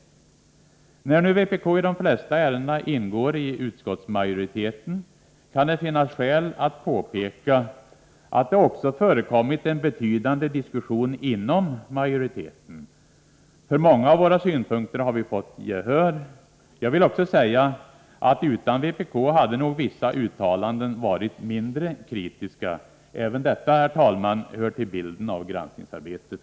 När nu vpk i de flesta ärendena ingår i utskottsmajoriteten kan det finnas skäl att påpeka att det också förekommit en betydande diskussion inom majoriteten, och för många av våra synpunkter har vi fått gehör. Jag vill också säga, att utan vpk hade nog vissa uttalanden varit mindre kritiska. Även detta, herr talman, hör till bilden av granskningsarbetet.